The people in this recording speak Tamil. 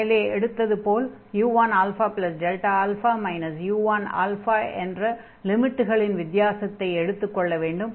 மேலே எடுத்ததைப் போல் u1α u1 என்ற லிமிட்டுகளின் வித்தியாசத்தை எடுத்துக் கொள்ள வேண்டும்